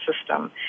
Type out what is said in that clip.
system